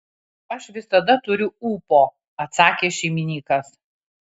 aš visada turiu ūpo atsakė šeimininkas